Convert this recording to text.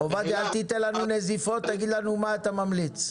אלא תגיד לנו מה אתה ממליץ.